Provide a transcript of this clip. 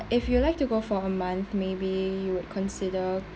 if you'd like to go for a month maybe you would consider